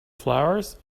flowers